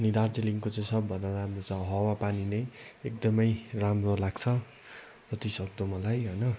अनि दार्जिलिङको सबभन्दा राम्रो जग्गा हावापानी नै एकदमै राम्रो लाग्छ जतिसक्दो मलाई होइन